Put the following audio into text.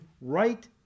right